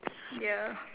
ya